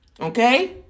Okay